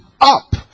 up